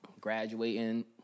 graduating